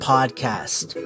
Podcast